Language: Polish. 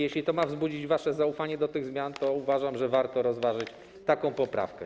Jeśli to ma wzbudzić wasze zaufanie do tych zmian, to uważam, że warto rozważyć taką poprawkę.